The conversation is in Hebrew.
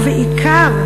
ובעיקר,